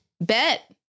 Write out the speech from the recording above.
Bet